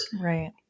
right